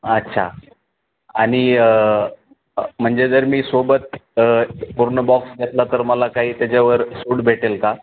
अच्छा आणि म्हणजे जर मी सोबत पूर्ण बॉक्स घेतला तर मला काही त्याच्यावर सूट भेटेल का